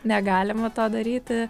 negalima to daryti